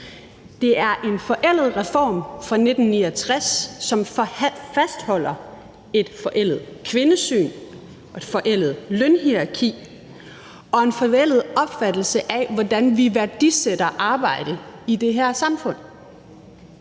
Det er en forældet reform fra 1969, som fastholder et forældet kvindesyn, et forældet lønhierarki og en forældet opfattelse af, hvordan vi værdisætter arbejde i det her samfund.